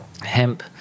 hemp